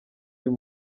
uyu